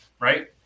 right